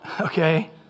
Okay